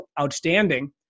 Outstanding